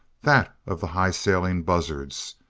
that of the high-sailing buzzards,